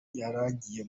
yarangiye